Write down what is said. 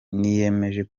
niyemeje